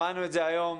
שמענו את זה היום.